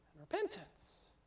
repentance